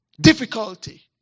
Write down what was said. Difficulty